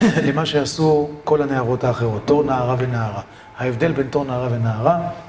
למה שעשו כל הנערות האחרות, תור נערה ונערה. ההבדל בין תור נערה ונערה...